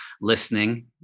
listening